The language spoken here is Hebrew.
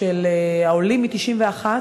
של העולים מ-1991,